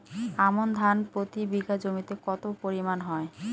আমন ধান প্রতি বিঘা জমিতে কতো পরিমাণ হয়?